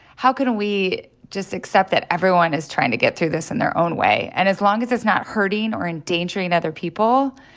how can we just accept that everyone is trying to get through this in their own way? and as long as it's not hurting or endangering other people,